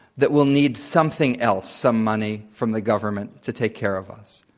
that we'll need something else, some money from the government to take care of us.